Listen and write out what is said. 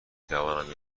توانم